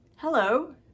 Hello